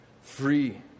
free